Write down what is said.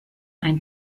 ein